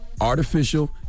Artificial